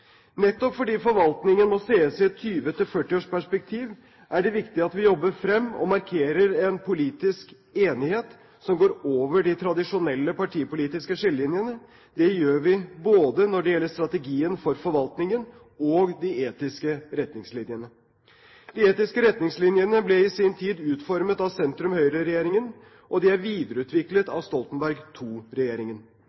Nettopp fordi forvaltningen må ses i et 20–40-årsperspektiv, er det viktig at vi jobber frem og markerer en politisk enighet som går over de tradisjonelle partipolitiske skillelinjene. Det gjør vi både når det gjelder strategien for forvaltningen, og når det gjelder de etiske retningslinjene. De etiske retningslinjene ble i sin tid utformet av sentrum-Høyre-regjeringen, og de er videreutviklet